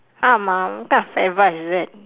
ah what kind of advice is that